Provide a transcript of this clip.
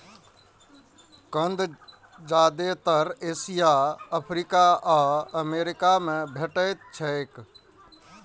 कंद जादेतर Asia, Africa आ अमेरिका मे भेटैत छैक